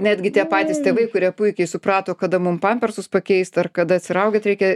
netgi tie patys tėvai kurie puikiai suprato kada mum pampersus pakeist ar kada atsiraugėt reikia